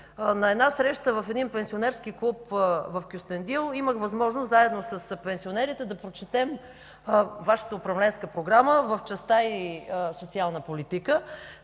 на среща в един пенсионерски клуб в Кюстендил имах възможност заедно с пенсионерите да прочетем Вашата управленска програма в частта й социална политика.